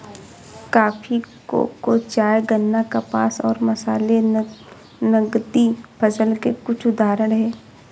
coffee, cocoa, चाय, गन्ना, कपास और मसाले नकदी फसल के कुछ उदाहरण हैं